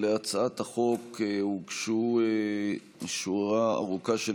להצעת החוק הוגשה שורה ארוכה של